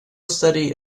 studied